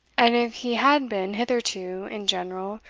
and if he had been hitherto, in general,